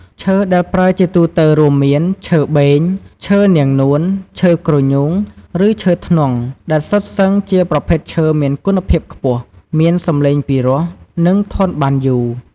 ឈើដែលប្រើជាទូទៅរួមមាន ឈើបេង ឈើនាងនួន ឈើគ្រញូង ឬឈើធ្នង់ ដែលសុទ្ធសឹងជាប្រភេទឈើមានគុណភាពខ្ពស់ មានសម្លេងពិរោះ និងធន់បានយូរ។